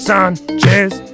Sanchez